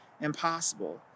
impossible